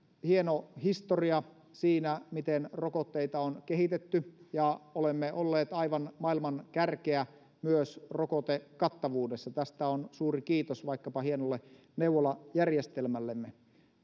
hieno historia siinä miten rokotteita on kehitetty ja olemme olleet aivan maailman kärkeä myös rokotekattavuudessa tästä suuri kiitos vaikkapa hienolle neuvolajärjestelmällemme